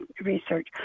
research